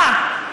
ואללה.